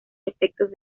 efectos